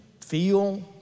feel